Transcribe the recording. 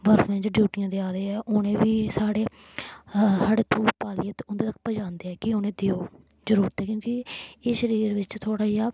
बर्फें च ड्यूटियां देआ दे ऐ उ'नें गी बी साढ़े साढ़े थ्रू पालियै ते उं'दे तक पजांदे ऐ कि उ'नें गी देओ जरूरत ऐ क्योंकि एह् शरीर बिच्च थोह्ड़ा जेहा